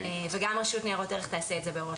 גם רשות ניירות ערך תעשה את זה בהוראות.